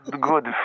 good